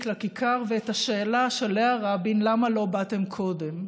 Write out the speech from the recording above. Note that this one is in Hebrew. לכיכר ואת השאלה של לאה רבין: למה לא באתם קודם.